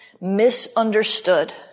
misunderstood